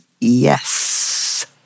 yes